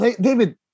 David